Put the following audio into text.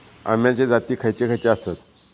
अम्याचे जाती खयचे खयचे आसत?